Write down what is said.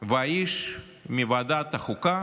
והאיש מוועדת החוקה